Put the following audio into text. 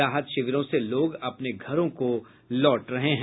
राहत शिविरों से लोग अपने घरों को लौट रहे हैं